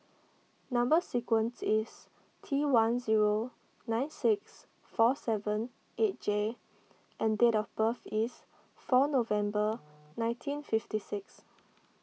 Number Sequence is T one zero nine six four seven eight J and date of birth is four November nineteen fifty six